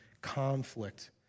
conflict